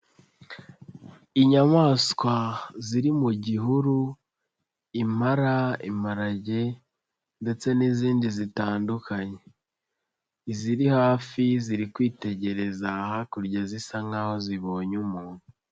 Inyamaswa ziri mu gihuru impala, imparage ndetse n'izindi zitandukanye. Iziri hafi ziri kwitegereza hakurya zisa nkaho zibonye umuntu.